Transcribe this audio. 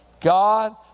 God